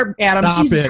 adam